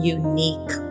unique